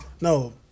No